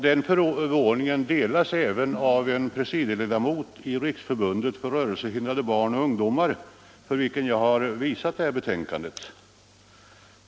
Den förvåningen har även delats av en presidieledamot i Riksförbundet för rörelsehindrade barn och ungdomar, för vilken jag har visat betänkandet.